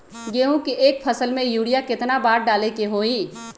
गेंहू के एक फसल में यूरिया केतना बार डाले के होई?